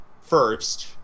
first